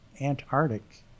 Antarctic